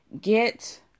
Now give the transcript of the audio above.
get